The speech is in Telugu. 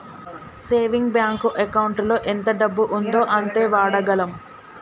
సేవింగ్ బ్యాంకు ఎకౌంటులో ఎంత డబ్బు ఉందో అంతే వాడగలం